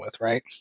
right